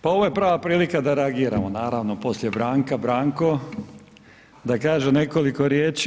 Pa ovo je prava prilika da reagiramo naravno poslije Branka, Branko, da kaže nekoliko riječi.